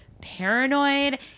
paranoid